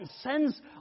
Sends